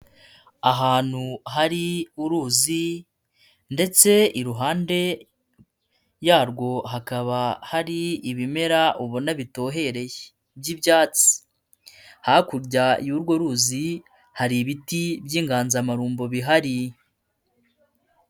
Ahantu hari uruzi ndetse iruhande yarwo hakaba hari ibimera ubona bitohereye by'ibyatsi. Hakurya y'urwo ruzi hari ibiti by'inganzamarumbo bihari.